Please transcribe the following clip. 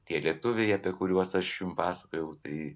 tie lietuviai apie kuriuos aš jums pasakojau tai